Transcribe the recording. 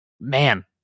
man